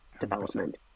development